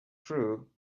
true